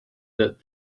that